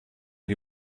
die